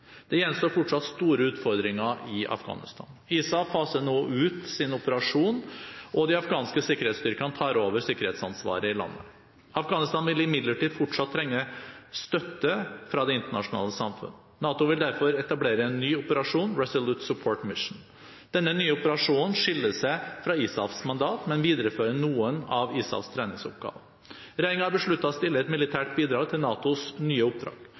Det gjenstår fortsatt store utfordringer i Afghanistan. ISAF faser nå ut sin operasjon, og de afghanske sikkerhetsstyrkene tar over sikkerhetsansvaret i landet. Afghanistan vil imidlertid fortsatt trenge støtte fra det internasjonale samfunnet. NATO vil derfor etablere en ny operasjon, Resolute Support Mission. Denne nye operasjonen skiller seg fra ISAFs mandat, men viderefører noen av ISAFs treningsoppgaver. Regjeringen har besluttet å stille et militært bidrag til NATOs nye oppdrag.